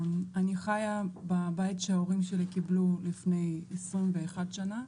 אני חיה בבית שההורים שלי קיבלו לפני 21 שנה,